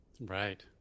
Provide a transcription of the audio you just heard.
Right